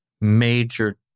major